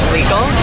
legal